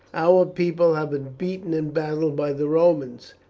our people have been beaten in battle by the romans,